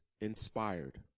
inspired